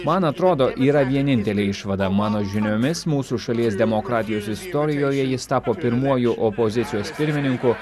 man atrodo yra vienintelė išvada mano žiniomis mūsų šalies demokratijos istorijoje jis tapo pirmuoju opozicijos pirmininku